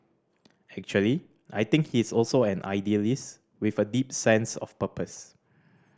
actually I think he is also an idealist with a deep sense of purpose